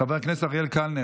חבר הכנסת אריאל קלנר,